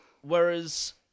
whereas